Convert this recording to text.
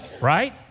right